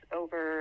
over